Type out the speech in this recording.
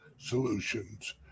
Solutions